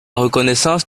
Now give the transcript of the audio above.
reconnaissance